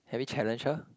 have you challenge her